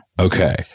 Okay